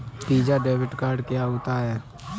Visa debit card क्या होता है?